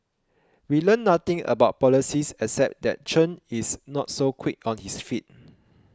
we learnt nothing about policies except that Chen is not so quick on his feet